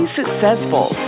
successful